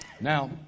Now